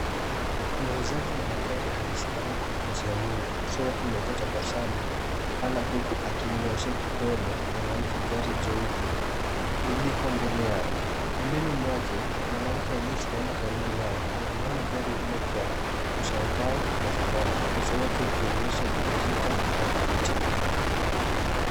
Muuzaji wa magari amesimama kwa kujiamini. Uso wake umeleta tabasamu pana, huku akimnyooshea kidole mwanamke, gari jeupe liliko mbele yao. Pembeni mwake, mwanamke aliyesimama karibu naye, anatazama gari hilo kwa mshangao na furaha. Uso wake ukionyesha kudhirika na kuvutiwa.